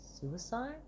suicide